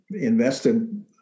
invested